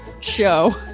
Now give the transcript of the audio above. show